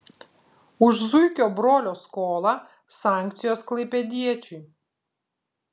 už zuikio brolio skolą sankcijos klaipėdiečiui